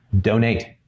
donate